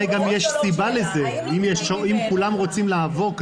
אולי גם יש סיבה לזה כי אם כולם רוצים לעבור,